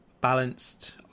balanced